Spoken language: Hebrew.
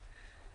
בבקשה.